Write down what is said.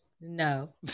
No